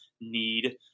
need